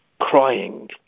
crying